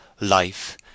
life